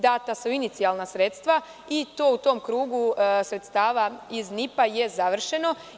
Data su inicijalna sredstva i to u tom krugu sredstava iz NIP-a je završeno.